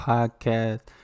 Podcast